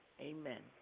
amen